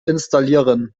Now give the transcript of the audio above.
installieren